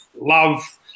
love